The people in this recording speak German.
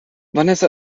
vanessa